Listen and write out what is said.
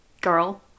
girl